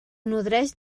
nodreix